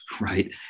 right